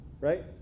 right